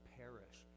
perish